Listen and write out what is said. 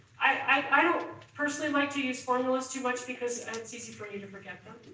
i don't personally like to use formulas too much because and it's easy for me to forget them.